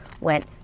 went